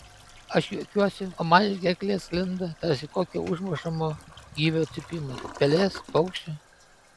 aš juokiuosi o man iš gerklės sklinda tarsi kokio užmušamo gyvio cypimas pelės paukščio